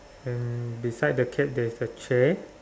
and beside the cat there's a chair